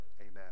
amen